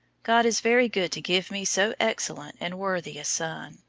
god is very good to give me so excellent and worthy a son.